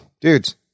Dudes